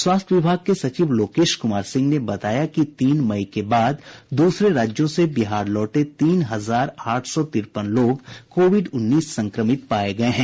स्वास्थ्य विभाग के सचिव लोकेश कुमार सिंह ने बताया कि तीन मई के बाद दूसरे राज्यों से बिहार लौटे तीन हजार आठ सौ तिरपन लोग कोविड उन्नीस संक्रमित पाये गये हैं